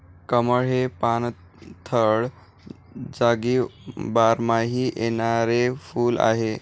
कमळ हे पाणथळ जागी बारमाही येणारे फुल आहे